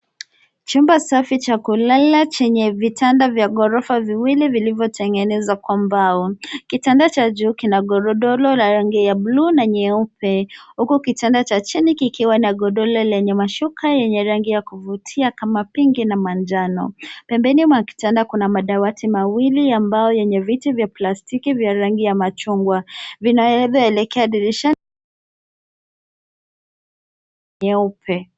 Chumba safi cha kulala chenye vitanda vya ghorofa viwili vilivyotengenezwa kwa mbao. Kitanda cha juu kina godoro la rangi ya bluu na nyeupe huku kitanda cha chini kikiwa na godoro lenye mashuka yenye rangi ya kuvutia kama pinki na manjano. Pembeni mwa kitanda kuna madawati mawili ya mbao yenye viti vya plastiki vya rangi ya machungwa vinavyoelekea dirisha nyeupe.